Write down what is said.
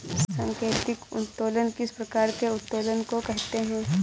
सांकेतिक उत्तोलन किस प्रकार के उत्तोलन को कहते हैं?